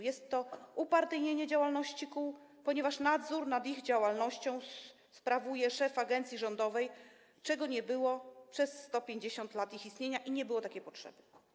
Jest to upartyjnienie działalności kół, ponieważ nadzór nad ich działalnością sprawuje szef agencji rządowej, czego nie było przez 150 lat ich istnienia, bo nie było takiej potrzeby.